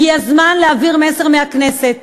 הגיע הזמן להעביר מסר מהכנסת